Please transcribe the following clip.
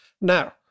Now